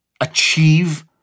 achieve